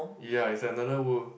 ya is another world